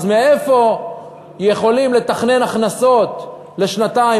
אז מאיפה יכולים לתכנן הכנסות לשנתיים,